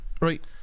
right